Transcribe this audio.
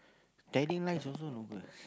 telling lies also no good lah